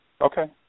Okay